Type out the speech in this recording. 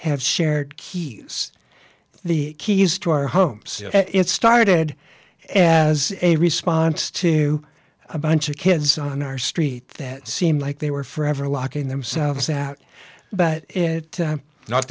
have shared key the keys to our homes it's started and as a response to a bunch of kids on our street that seemed like they were forever locking themselves out but it